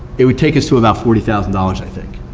it would take us to about forty thousand dollars i think,